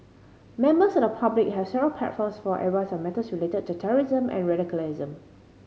members of the public have several platforms for advice on matters related to terrorism and radicalism